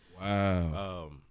Wow